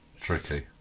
Tricky